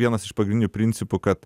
vienas iš pagrindinių principų kad